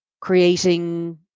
creating